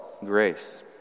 grace